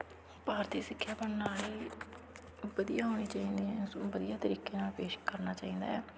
ਭਾਰਤੀ ਸਿੱਖਿਆ ਪ੍ਰਣਾਲੀ ਵਧੀਆ ਹੋਣੀ ਚਾਹੀਦੀ ਹੈ ਸੋ ਵਧੀਆ ਤਰੀਕੇ ਨਾਲ ਪੇਸ਼ ਕਰਨਾ ਚਾਹੀਦਾ ਹੈ